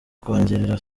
kongerera